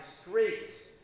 streets